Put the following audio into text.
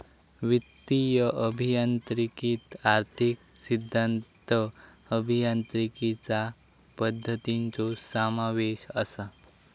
वित्तीय अभियांत्रिकीत आर्थिक सिद्धांत, अभियांत्रिकीचा पद्धतींचो समावेश असा